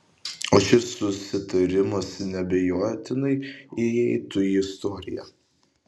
o šis susitarimas neabejotinai įeitų į istoriją